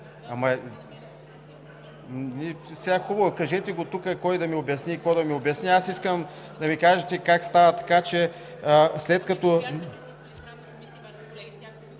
Сега хубаво, кажете го тук: кой да ми обясни и какво да ми обясни? Аз искам да ми кажете как става така, че след като…